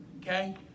okay